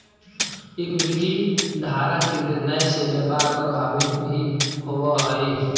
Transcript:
equity धारक के निर्णय से व्यापार प्रभावित भी होवऽ हइ